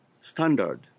standard